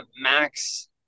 Max